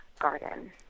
garden